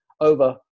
over